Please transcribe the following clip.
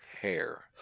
Hair